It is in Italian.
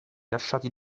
lasciati